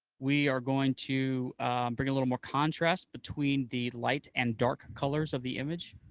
we are going to bring a little more contrast between the light and dark colors of the image.